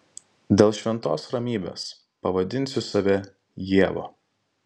dėl šventos ramybės pavadinsiu save ieva